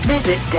Visit